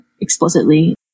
explicitly